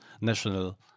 national